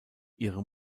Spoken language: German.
ihre